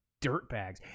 dirtbags